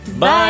Bye